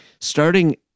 starting